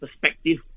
perspective